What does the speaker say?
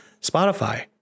Spotify